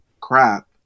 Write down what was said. crap